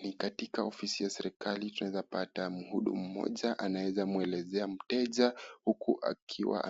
Ni katika ofisi ya serikali. Tunaezapata mhudumu mmoja anaeza mwelezea mteja, huku akiwa